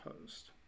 post